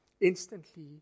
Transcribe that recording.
Instantly